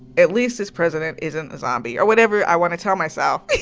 at least this president isn't a zombie, or whatever i want to tell myself